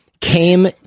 came